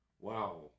Wow